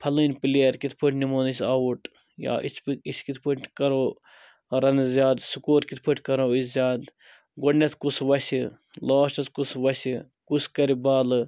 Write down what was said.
فَلٲنۍ پٕلیر کِتھ پٲٹھۍ نِمون أسۍ اَوُٹ یا أسۍ پہٕ أسۍ کِتھ پٲٹھۍ کرو رَنہٕ زیاد سکور کِتھ پٲٹھۍ کرو أسۍ زیادٕ گۄڈنٮ۪تھ کُس وَسہِ لاسٹَس کُس وَسہِ کُس کَرِ بالہٕ